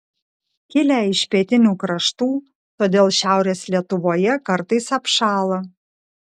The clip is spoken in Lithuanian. kilę iš pietinių kraštų todėl šiaurės lietuvoje kartais apšąla